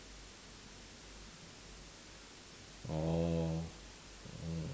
orh orh